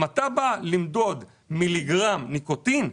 אם אתה בא למדוד מיליגרם נוזל,